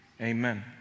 Amen